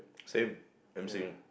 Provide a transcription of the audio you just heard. same emceeing